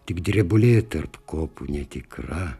tik drebulė tarp kopų netikra